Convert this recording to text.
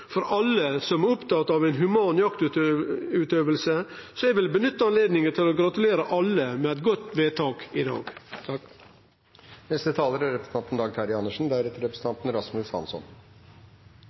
for alle som er opptatt av ei human jaktutøving, så eg vil nytte anledninga til å gratulere alle med eit godt vedtak i dag. Det er en sak som har skapt mye debatt, som skal avgjøres her i dag.